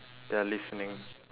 they are listening